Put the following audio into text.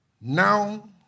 now